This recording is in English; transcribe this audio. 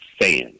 Fans